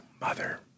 mother